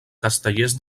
castellers